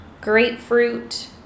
grapefruit